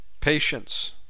Patience